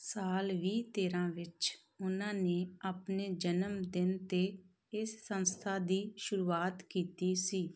ਸਾਲ ਵੀਹ ਤੇਰਾਂ ਵਿੱਚ ਉਨ੍ਹਾਂ ਨੇ ਆਪਣੇ ਜਨਮਦਿਨ 'ਤੇ ਇਸ ਸੰਸਥਾ ਦੀ ਸ਼ੁਰੂਆਤ ਕੀਤੀ ਸੀ